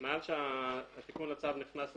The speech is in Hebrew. מאז שתיקון הצו נכנס לתוקף,